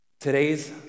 Today's